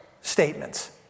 statements